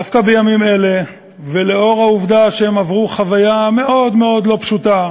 דווקא בימים אלה ולאור העובדה שהם עברו חוויה מאוד מאוד לא פשוטה